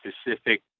specific